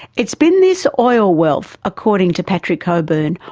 it's been this oil wealth, according to patrick cockburn,